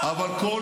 נאור